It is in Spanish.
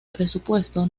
presupuesto